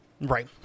Right